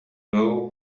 vow